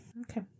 okay